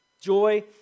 Joy